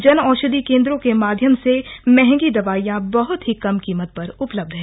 जन औशधि केंद्रों के माध्यम से मंहगी दवाइयां बहुत ही कम कीमत पर उपलब्ध है